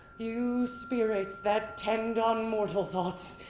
you spirits that tend on mortal thoughts.